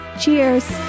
Cheers